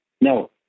No